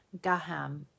Gaham